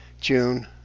June